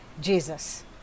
Jesus